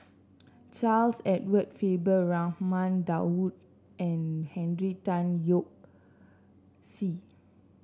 Charles Edward Faber Raman Daud and Henry Tan Yoke See